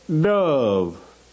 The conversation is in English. dove